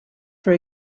for